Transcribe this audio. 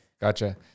Gotcha